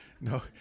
No